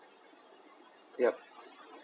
yup